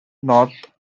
north